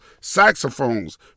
saxophones